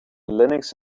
linux